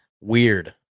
Weird